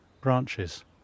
branches